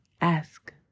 ask